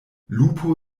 lupo